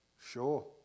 sure